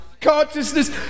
consciousness